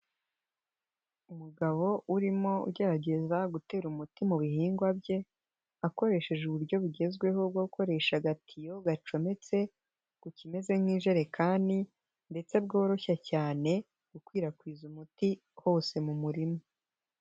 Umugabo urimo ugerageza gutera umuti mu bihingwa bye akoresheje uburyo bugezweho bwo gukoresha agatiyo gacometse ku kimeze nk'ijerekani ndetse bworoshye cyane gukwirakwiza umuti hose mu murima.